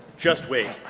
just wait.